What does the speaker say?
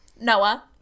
Noah